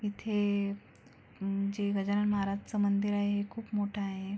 तिथे जे गजानन महाराजचं मंदिर आहे खूप मोठं आहे